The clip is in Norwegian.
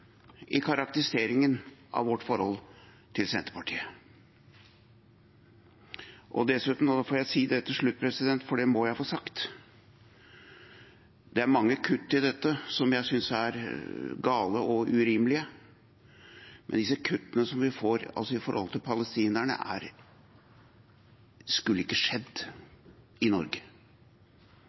i karakteriseringen av vårt forhold til Senterpartiet. Nå får jeg si dette til slutt, for det må jeg få sagt: Det er mange kutt i dette jeg syns er gale og urimelige, men disse kuttene vi får når det gjelder palestinerne, skulle ikke skjedd i Norge.